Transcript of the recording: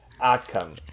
outcome